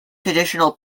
traditional